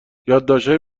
یادداشتهای